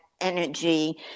energy